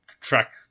track